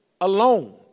alone